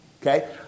Okay